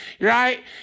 right